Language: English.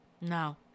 no